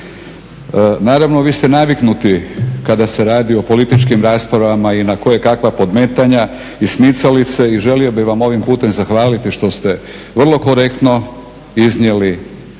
Naravno vi ste naviknuti kada se radi o političkim raspravama i na kojekakva podmetanja i smicalice i želio bih vam ovim putem zahvaliti što ste vrlo korektno iznijeli